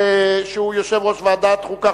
שהוא יושב-ראש ועדת החוקה,